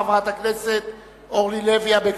חברת הכנסת אורלי לוי אבקסיס,